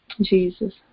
Jesus